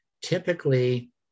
Typically